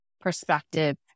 perspective